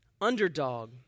underdog